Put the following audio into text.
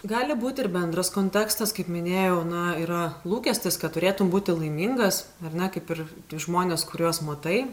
gali būti ir bendras kontekstas kaip minėjau na yra lūkestis kad turėtum būti laimingas ar ne kaip ir žmonės kuriuos matai